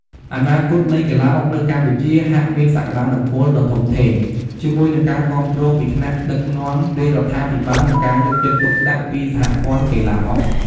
អនាគតនៃកីឡាអុកនៅកម្ពុជាហាក់មានសក្ដានុពលដ៏ធំធេង ជាមួយនឹងការគាំទ្រពីថ្នាក់ដឹកនាំរាជរដ្ឋាភិបាល និងការយកចិត្តទុកដាក់ពីសហព័ន្ធកីឡាអុក។